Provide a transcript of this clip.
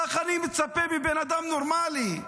ככה אני מצפה מבן אדם נורמלי.